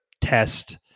test